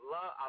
Love